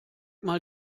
mal